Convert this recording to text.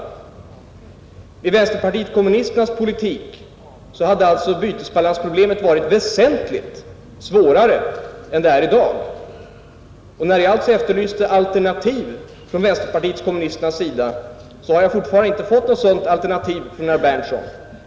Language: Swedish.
Med vänsterpartiet kommunisternas politik hade alltså bytesbalansproblemet varit väsentligt svårare än det är i dag. När jag alltså efterlyste alternativ från vänsterpartiet kommunisternas sida har jag fortfarande inte fått något sådant alternativ från herr Berndtson.